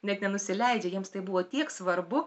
net nenusileidžia jiems tai buvo tiek svarbu